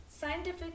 Scientific